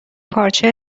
پارچه